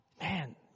Man